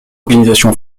organisation